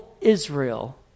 Israel